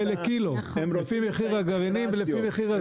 לקילו לפי מחיר הגרעינים ולפי מחיר הזה.